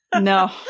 No